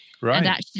Right